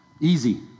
easy